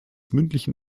mündlichen